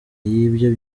y’ibyo